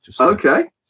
Okay